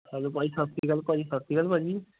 hello ਭਾ ਜੀ ਸਤਿ ਸ਼੍ਰੀ ਅਕਾਲ ਭਾ ਜੀ ਸਤਿ ਸ਼੍ਰੀ ਅਕਾਲ ਭਾ ਜੀ